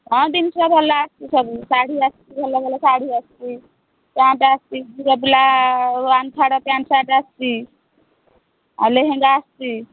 ହଁ ଜିନିଷ ଭଲ ଆସିଛି ସବୁ ଶାଢ଼ୀ ଆସିଛି ଭଲ ଭଲ ଶାଢ଼ୀ ଆସିଛି ପ୍ୟାଣ୍ଟ୍ ଆସିଛି ଝିଅ ପିଲା ୱାନ୍ ଥାର୍ଡ଼୍ ପ୍ୟାଣ୍ଟ୍ ସାର୍ଟ୍ ଆସିଛି ଆଉ ଲେହେଙ୍ଗା ଆସିଛି